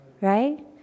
right